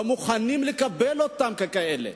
לא מוכנים לקבל אותם ככאלה.